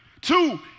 Two